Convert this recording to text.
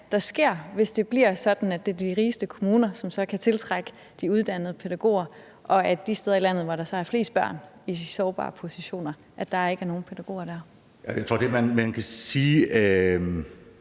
der sker, hvis det bliver sådan, at det er de rigeste kommuner, som så kan tiltrække de uddannede pædagoger, og at der de steder i landet, hvor der er flest børn i sårbare positioner, ikke er nogen pædagoger.